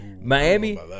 Miami